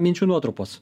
minčių nuotrupos